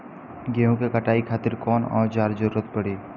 गेहूं के कटाई खातिर कौन औजार के जरूरत परी?